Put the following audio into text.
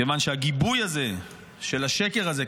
כיוון שהגיבוי הזה של השקר הזה,